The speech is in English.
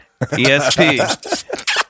ESP